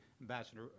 Ambassador